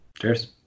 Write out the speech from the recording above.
cheers